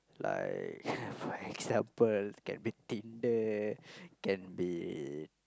like for example can be Tinder can be